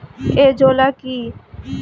Azolla কি?